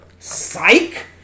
psych